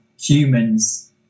humans